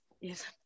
yes